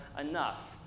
enough